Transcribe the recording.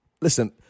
Listen